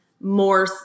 more